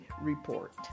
Report